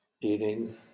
eating